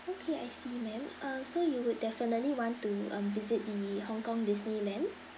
okay I see ma'am um so you would definitely want to um visit the hong kong disneyland